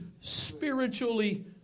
spiritually